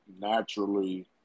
naturally